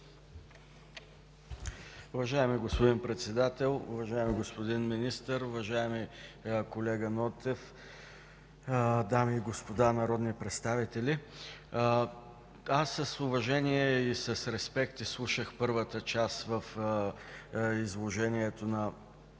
Уважаеми господин Председател, уважаеми господин Министър, уважаеми господин Нотев, дами и господа народни представители! Аз с уважение и респект изслушах първата част от изложението на